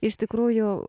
iš tikrųjų